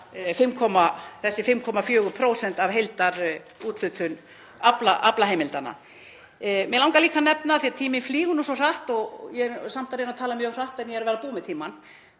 þessi 5,3% af heildarúthlutun aflaheimildanna. Af því að tíminn flýgur nú svo hratt og ég er samt að reyna að tala mjög hratt en ég er verða búin með tímann